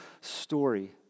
story